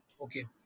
Okay